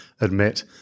admit